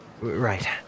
Right